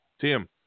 Tim